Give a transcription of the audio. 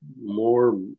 more